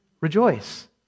rejoice